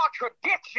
contradiction